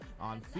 on